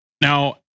Now